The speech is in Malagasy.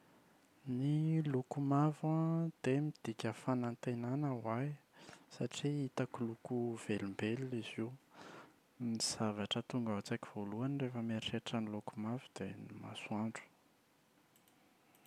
Ny loko mavo an dia midika fanantenana ho ahy satria hitako loko velombelona izy io. Ny zavatra tonga ao an-tsaiko voalohany rehefa mieritreritra ny loko mavo dia ny masoandro.